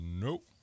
Nope